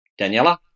Daniela